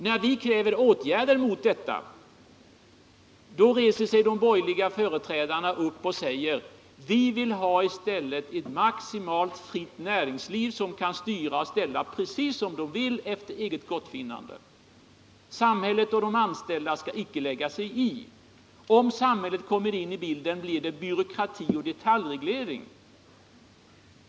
När vi kräver åtgärder mot detta reser sig de borgerliga företrädarna och säger: Vi vill i stället ha ett maximalt fritt näringsliv, som kan styra och ställa precis som det vill, efter eget gottfinnande. Samhället och de anställda skall icke lägga sig i. Om samhället kommer in i bilden blir det byråkrati och detaljreglering.